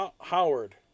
Howard